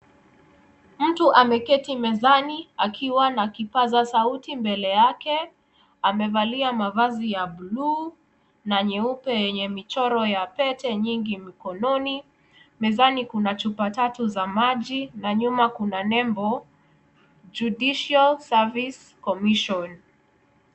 Mtu ameketi mezani akiwa na kipazasauti mbele yake. Amevalia mavazi ya buluu na nyeupe yenye michoro ya pete nyingi mkononi. Mezani kuna chupa tatu za maji na nyuma kuna nembo judicial service commission .